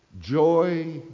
joy